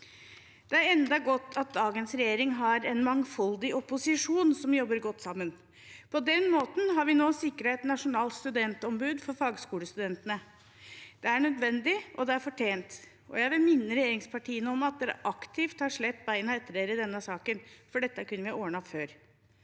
Det er enda godt at dagens regjering har en mangfoldig opposisjon som jobber godt sammen. På den måten har vi nå sikret et nasjonalt studentombud for fagskolestudentene. Det er nødvendig, og det er fortjent. Jeg vil minne regjeringspartiene om at de aktivt har slept bena etter seg i denne saken, for dette kunne vi ha ordnet før.